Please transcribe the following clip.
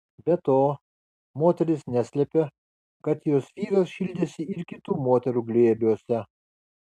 be to moteris neslėpė kad jos vyras šildėsi ir kitų moterų glėbiuose